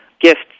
gifts